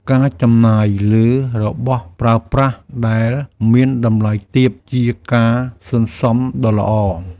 ការចំណាយលើរបស់ប្រើប្រាស់ដែលមានតម្លៃទាបជាការសន្សុំដ៏ល្អ។